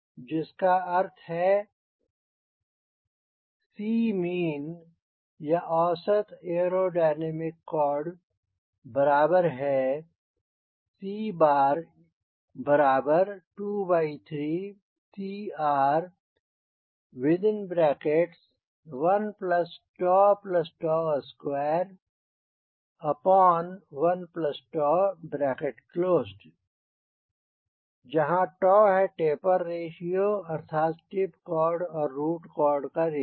जिसका अर्थ है c mean या औसत एयरोडायनामिक कॉर्ड बराबर है c23CR121 जहाँ है टेपर रेश्यो अर्थात टिप कॉर्ड और रुट कॉर्ड का रेश्यो